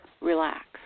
relax